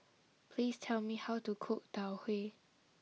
please tell me how to cook Tau Huay